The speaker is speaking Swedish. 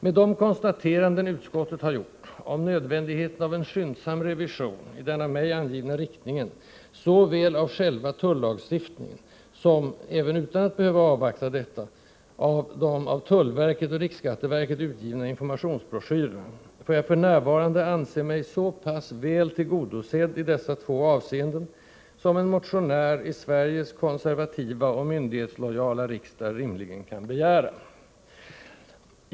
Med de konstateranden utskottet gjort om nödvändigheten av en skyndsam revision i den av mig angivna riktningen såväl av själva tullagstiftningen som — även utan att behöva avvakta detta — av de av tullverket och riksskatteverket utgivna informationsbroschyrerna, får jag f.n. anse mig så pass väl tillgodosedd i dessa två avseenden, som en motionär i Sveriges konservativa och myndighetslojala riksdag rimligen kan begära.